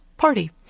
party